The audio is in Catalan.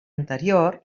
anterior